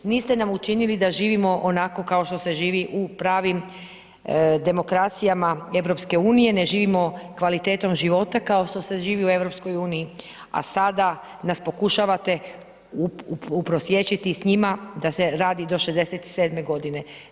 Niste nam učinili da živimo onako kao što se živi u pravim demokracijama EU, ne živimo kvalitetom života kao što se živi u EU, a sada nas pokušavate uprosječiti s njima da se radi do 67. godine.